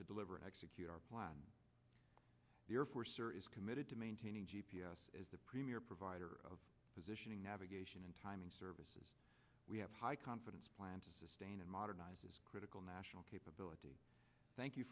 to deliver execute our plan therefore sir is committed to maintaining g p s as the premier provider of positioning navigation and timing services we have high confidence plan to sustain and modernize this critical national capability thank you